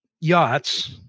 yachts